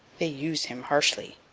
they use him harshly.